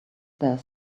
there